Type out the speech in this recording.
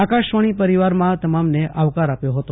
આકાશવાણી પરિવારમાં તમામને આવકાર આપ્યો હતો